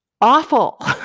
awful